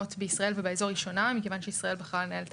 בישראל ובאזור היא שונה מכיוון שישראל בחרה לנהל את